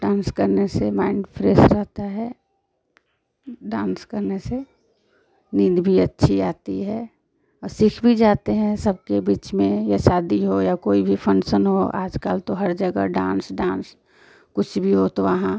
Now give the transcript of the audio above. dance करने से mind fresh रहता है डांस करने से नींद भी अच्छी आती है और सीख भी जाते हैं सबके बीच में या शादी हो या कोई भी फंसन हो आज काल तो हर जगह डांस डांस कुछ भी हो तो वहाँ